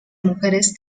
mujeres